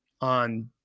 on